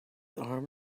arm